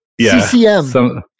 CCM